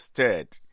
State